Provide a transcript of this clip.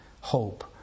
hope